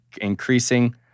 increasing